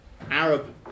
Arab